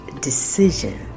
decision